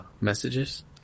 messages